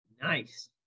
Nice